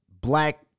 black